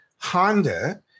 Honda